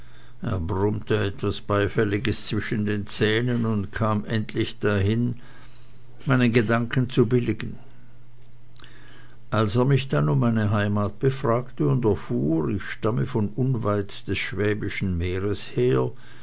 brummte etwas beifälliges zwischen den zähnen und kam endlich dahin meine gedanken zu billigen als er mich dann um meine heimat befragte und erfuhr ich stamme von unweit des schwäbischen meeres her